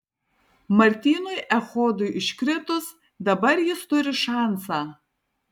martynui echodui iškritus dabar jis turi šansą